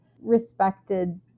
respected